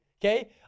okay